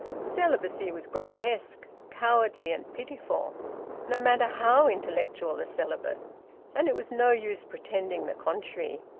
celibacy was grotesque, cowardly, and pitiful no matter how intellectual the celibate and it was no use pretending the contrary.